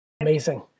Amazing